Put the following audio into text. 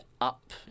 up